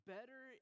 Better